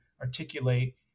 articulate